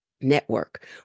network